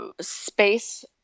space